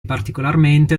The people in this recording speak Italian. particolarmente